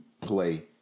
play